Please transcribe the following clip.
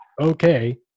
okay